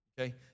Okay